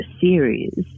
series